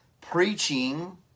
preaching